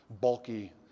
bulky